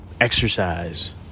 exercise